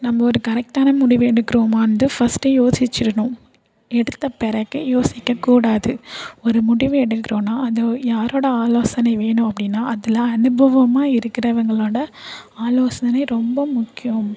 நம்ம ஒரு கரெக்டான முடிவை எடுக்குறோமானு தான் ஃபஸ்ட்டே யோசிச்சிடுணும் எடுத்த பிறகு யோசிக்கக்கூடாது ஒரு முடிவை எடுக்கிறோனா அது யாரோட ஆலோசனை வேணும் அப்படின்னா அதில் அனுபவமாக இருக்கிறவங்களோட ஆலோசனை ரொம்ப முக்கியம்